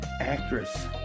actress